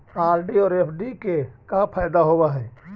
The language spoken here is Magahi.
आर.डी और एफ.डी के का फायदा होव हई?